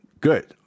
Good